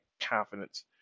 confidence